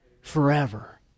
Forever